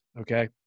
Okay